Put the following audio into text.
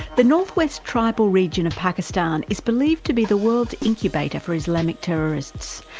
the north-west tribal region of pakistan is believed to be the world's incubator for islamic terrorists,